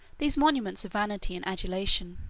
these monuments of vanity and adulation.